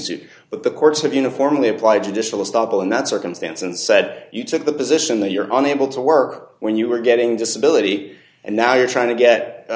suit but the courts have uniformly applied to distil stubble and that circumstance and said you took the piss listen that you're unable to work when you are getting disability and now you're trying to get